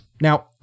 Now